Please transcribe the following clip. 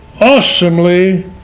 awesomely